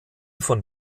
von